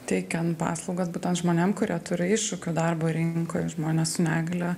teikiant paslaugas būtent žmonėm kurie turi iššūkių darbo rinkoj žmonės su negalia